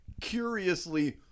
curiously